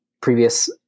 previous